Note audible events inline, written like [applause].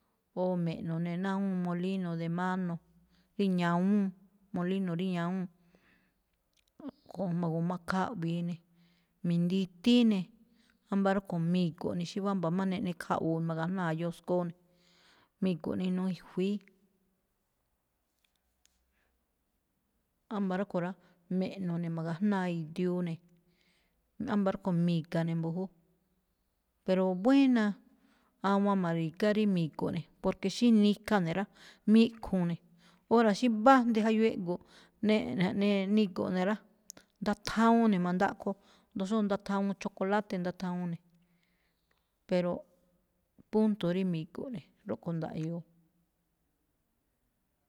O me̱ꞌno̱ ne̱ ná awúun molino de mano, rí ñawúun, molino rí ñawúun, o ma̱gu̱makhaꞌwi̱i ne̱, mi̱nditíí ne̱, ámba̱ rúꞌkho̱ mi̱go̱ ne̱, xí wámba̱ má neꞌnekhaꞌwu̱u ne̱, ma̱ga̱jnáa yoskoo ne̱, mi̱go̱ ne̱ inuu ijui̱í. [hesitation] ámba̱ rúꞌkho̱ rá, me̱ꞌno̱ ne̱ ma̱ga̱jnáa idiuu ne̱. Ámba̱ rúꞌkho̱ mi̱ga̱ ne̱ mbu̱jú. Pero buéna̱ awan ma̱ri̱gá rí mi̱go̱ꞌ ne̱, porque xí nikha ne̱ rá, miꞌkhu̱u̱n ne̱, óra̱ xí mbájdi jayu ego̱ꞌ neꞌ-jaꞌnee- nigo̱ꞌ ne̱ rá, ndathawuun ne̱ ma̱ndaꞌkho, jndo xóo ndathawuun chocolate, ndathawuun ne̱, pero punto rí mi̱go̱ꞌ ne̱, rúꞌkho̱ ndaꞌyoo.